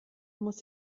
muss